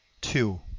Two